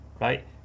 Right